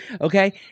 Okay